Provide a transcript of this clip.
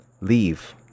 leave